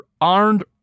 armed